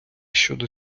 щодо